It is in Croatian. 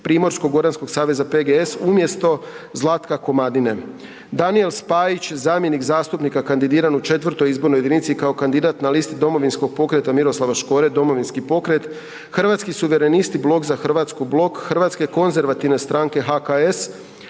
Primorsko-goranskog saveza, PGS umjesto Zlatka Komadine. Danijel Spajić, zamjenik zastupnika kandidiran u IV. izbornoj jedinici kao kandidat na listi Domovinskog pokreta Miroslava Škore, Domovinski pokret, Hrvatski suverenisti, Blok za Hrvatsku, Blok Hrvatske konzervativne stranke, HKS,